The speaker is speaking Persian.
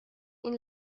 این